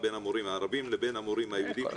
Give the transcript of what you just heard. בין המורים הערבים לבין המורים היהודים.